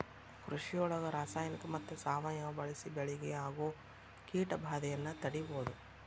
ಕೃಷಿಯೊಳಗ ರಾಸಾಯನಿಕ ಮತ್ತ ಸಾವಯವ ಬಳಿಸಿ ಬೆಳಿಗೆ ಆಗೋ ಕೇಟಭಾದೆಯನ್ನ ತಡೇಬೋದು